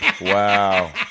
Wow